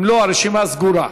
אם לא, הרשימה סגורה.